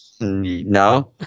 No